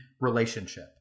relationship